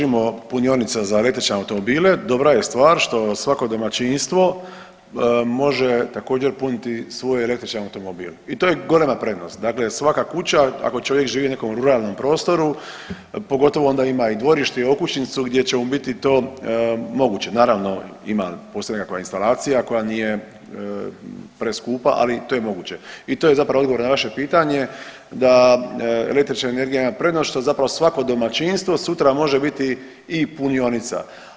Ali ako se samo držimo punionica za električne automobile dobra je stvar što svako domaćinstvo može također puniti svoj električni automobil i to je golema prednost, dakle svaka kuća ako čovjek živi u nekom ruralnom prostoru, pogotovo onda ima i dvorište i okućnicu gdje će mu biti to moguće, naravno ima i posebna nekakva instalacija koja nije preskupa, ali to je moguće i to je zapravo odgovor na vaše pitanje da električna energija ima prednost što zapravo svako domaćinstvo sutra može biti i punionica.